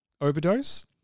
overdose